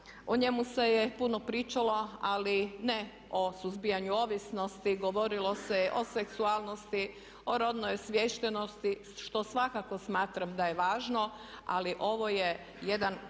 o njemu se puno pričalo ali ne o suzbijanju ovisnosti, govorilo se o seksualnosti, o rodnoj osviještenosti što svakako smatram da je važno ali ovo je jedan